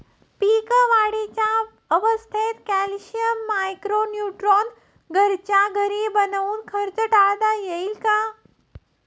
पीक वाढीच्या अवस्थेत calcium, micro neutron घरच्या घरी बनवून खर्च टाळता येईल का?